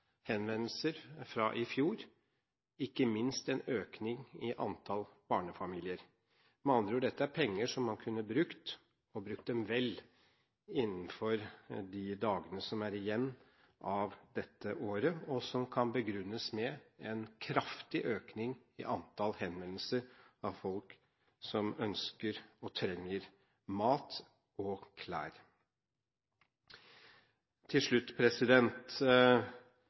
henvendelser fra i fjor, ikke minst en økning i antall barnefamilier. Med andre ord: Dette er penger som man kunne brukt, og brukt dem vel, innenfor de dagene som er igjen av dette året, og som kan begrunnes med en kraftig økning i antall henvendelser fra folk som ønsker og trenger mat og klær. Til slutt: